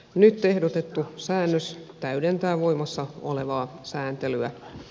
nyt ehdotettu säännös täydentää voimassa olevaa sääntelyä